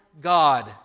God